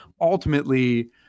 ultimately